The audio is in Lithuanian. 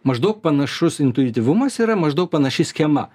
maždaug panašus intuityvumas yra maždaug panaši schema